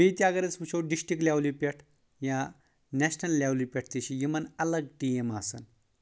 تہٕ بیٚیہِ تہِ اگر أسۍ وٕچھو ڈسٹرک لیولہِ پؠٹھ یا نیشنل لیولہِ پؠٹھ تہِ چھِ یِمن الگ ٹیٖم آسان